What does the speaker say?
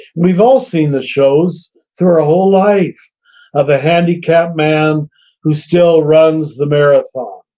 we've all seen the shows through our whole life of a handicapped man who still runs the marathon.